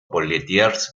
poitiers